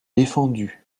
défendu